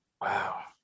Wow